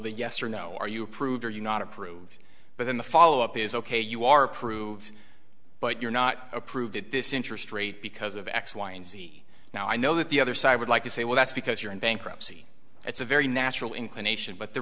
the yes or no are you approved are you not approved but then the follow up is ok you are approved but you're not approved at this interest rate because of x y and z now i know that the other side would like to say well that's because you're in bankruptcy it's a very natural inclination but the